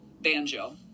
banjo